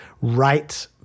right